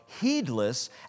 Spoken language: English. heedless